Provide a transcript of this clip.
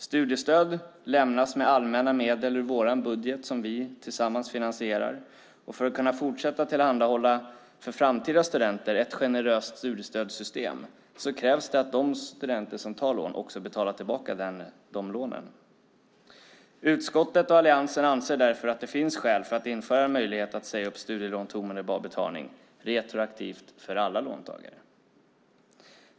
Studiestöd lämnas med allmänna medel ur den budget vi tillsammans finansierar, och för att kunna fortsätta tillhandahålla ett generöst studiestödssystem för framtida studenter krävs att de studenter som tar lån också betalar tillbaka dem. Utskottet och Alliansen anser därför att det finns skäl att införa en möjlighet att säga upp studielån till omedelbar betalning retroaktivt för alla låntagare.